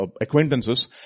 acquaintances